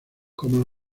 como